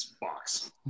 box